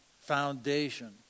foundation